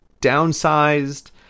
downsized